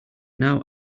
now